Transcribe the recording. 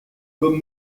comme